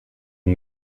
and